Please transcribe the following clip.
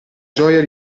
gioia